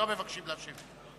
לא מבקשים להשיב.